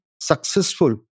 successful